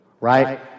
right